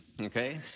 okay